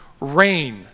rain